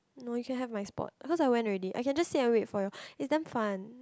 no you can have my spot cause I went already I can just sit and wait for your is damn fun